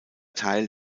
teil